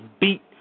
beat